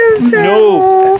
no